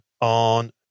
on